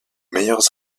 meilleurs